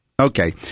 Okay